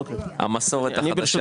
לשמוע.